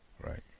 Right